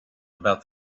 about